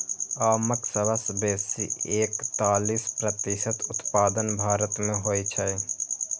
आमक सबसं बेसी एकतालीस प्रतिशत उत्पादन भारत मे होइ छै